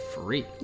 free